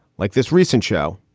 like this recent show,